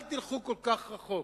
אל תלכו כל כך רחוק.